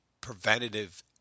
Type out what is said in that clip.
preventative